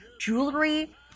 jewelry